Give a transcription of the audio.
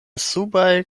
subaj